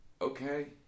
Okay